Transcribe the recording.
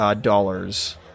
dollars